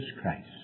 Christ